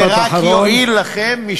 זה רק יועיל לכם.